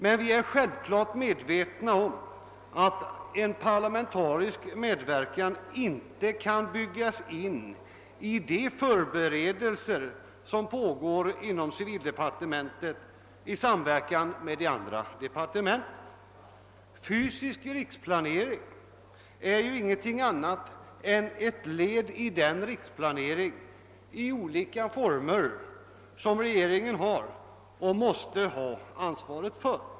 Men vi är självfallet medvetna om att en parlamentarisk medverkan inte kan byggas in i de förberedelser som pågår inom civildepartementet i samverkan med de andra departementen. Fysisk riksplanering är ju ingenting annat än ett led i den riksplanering i olika former som regeringen har och måste ha ansvaret för.